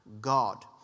God